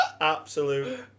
Absolute